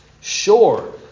Sure